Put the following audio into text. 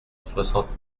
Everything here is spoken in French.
soixante